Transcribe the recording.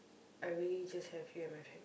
I really just have you and my family